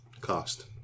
Cost